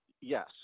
Yes